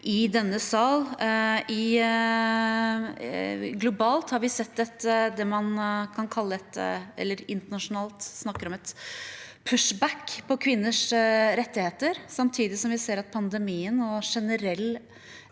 det man kan kalle et «pushback» på kvinners rettigheter, samtidig som vi ser at pandemien og generell